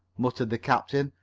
muttered the captain,